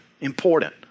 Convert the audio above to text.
Important